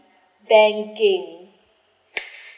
banking